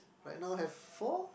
right now have four